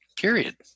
Period